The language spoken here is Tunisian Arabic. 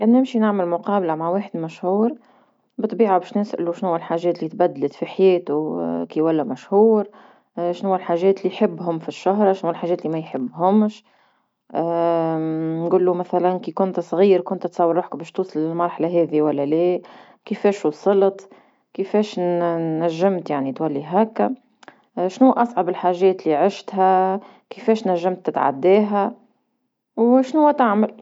كان نمشي نعمل مقابلة مع واحد مشهور بطبيعة باش نسألو شنو هو الحاجات لي تبدلت في حياتو كي ولا مشهور، شنو هو الحاجات لي يحبهم في الشهر شنوا هو الحاجات لي ما يحبهمش، نقولو مثلا كي كنت صغير كنت تصور روحك باش توصل للمرحلة هذي ولا لا، كيفاش وصلت كيفاش ن- نجمت يعني تولي هاكا شنو أصعب الحاجات لي عشتها كيفاش نجمت تتعداها وشنوا تعمل.